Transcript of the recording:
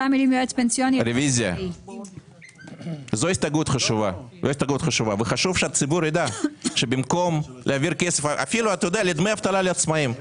בקדנציה הקודמת הגשתי את הצעת החוק נוהל לחיצת כפתור עבור עסקים,